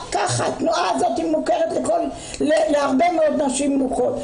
כך, התנועה הזאת מוכרת להרבה מאוד נשים מוכות.